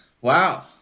Wow